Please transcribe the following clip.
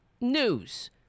news